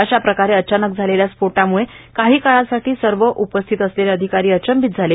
अश्याप्रकारे अचानक झालेल्या स्फोटामुळे काही काळासाठी सर्वच उपस्थित असलेले अधिकारी अचंबित झाले